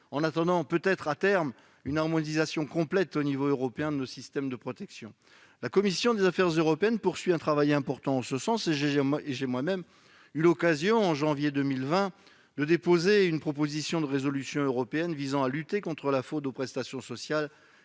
en attendant peut-être à terme une harmonisation complète au niveau européen de nos systèmes de protection. La commission des affaires européennes poursuit un travail important en ce sens, et j'ai moi-même eu l'occasion, en janvier 2020, de déposer une proposition de résolution européenne visant à lutter contre la fraude aux prestations sociales